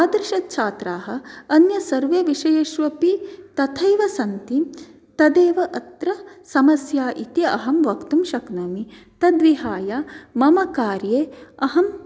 तादृशः छात्राः अन्ये सर्वे विषयेष्वपि तथैव सन्ति तदेव अत्र समस्या इति अहं वक्तुं शक्नोमि तद्विहाय मम कार्ये अहम्